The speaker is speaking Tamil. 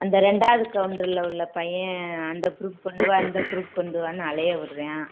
அந்த ரெண்டாவது கவுண்டரில் உள்ள பையன் அந்த புரூஃப் கொண்டு வா இந்த புரூஃப் கொண்டுவான்னு அலைய விட்டுறான்